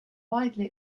widely